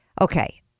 okay